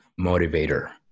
motivator